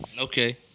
Okay